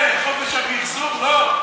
חופש הדיבור, כן, חופש המִחזור, לא.